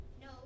No